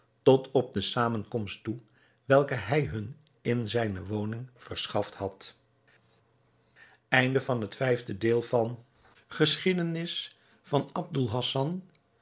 tot op de zamenkomst toe welke hij hun in zijne woning verschaft had